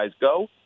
go